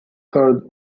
third